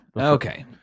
okay